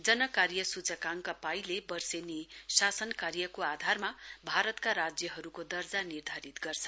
जन कार्य मामिला सूचकाङ्क पिएआले वर्षेनी शासन कार्यको आधारमा भारतका राज्यहरूको दर्जा निर्धारित गर्छ